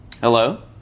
Hello